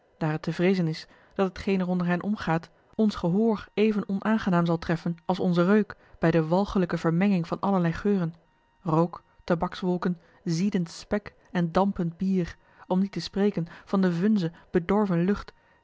daar het te vreezen is dat hetgeen er onder hen omgaat ons gehoor even onaangenaam zal treffen als onzen reuk bij de walgelijke vermenging van allerlei geuren rook tabakswolken ziedend spek en dampend bier om niet te spreken van de vunze bedorven lucht